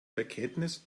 bekenntnis